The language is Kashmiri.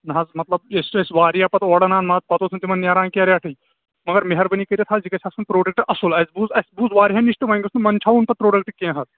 نہَ حظ مَطلَب یُس أسۍ وَاریاہ پَتہٕ اورٕ اَنان مال پَتہٕ اوس نہَ تِمَن نیران کیٚنٛہہ رِیٹٕے مَگَر میٚہرَبٲنی کٔرِِتھ حظ یہِ گژھِ آسُن پرٛوڈَکٹ اَصٕل اَسہِ بوز اَسِ بوٗز واریاہَن نِش وۅنۍ گژھِ نہَ مَنٛدچھاوُن پَتہٕ پرٛوڈَکٹ کیٚنٛہہ حظ